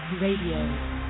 Radio